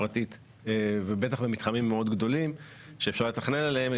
פרטית ובטח במתחמים מאוד גדולים שאפשר לתכנן עליהם,